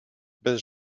bez